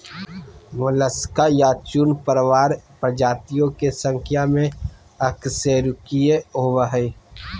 Mollusca या चूर्णप्रावार प्रजातियों के संख्या में अकशेरूकीय होबो हइ